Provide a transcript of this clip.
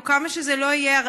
או כמה שזה לא יהיה,